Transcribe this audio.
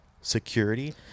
security